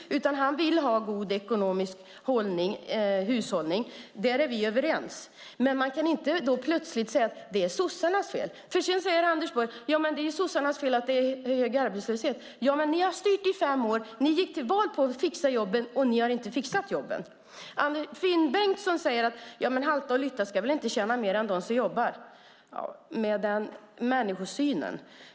Han vill ha god ekonomisk hushållning. Här är vi överens. Man kan dock inte plötsligt säga att allt är sossarnas fel. Anders Borg säger att det är sossarnas fel att det är hög arbetslöshet. Men ni har styrt i fem år. Ni gick till val på att fixa jobben, men ni har inte fixat dem. Finn Bengtsson säger att halta och lytta inte ska tjäna mer pengar än dem som jobbar. Vilken människosyn!